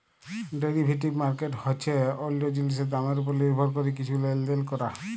derivative market হছে অল্য জিলিসের দামের উপর লির্ভর ক্যরে কিছু লেলদেল ক্যরা